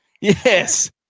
Yes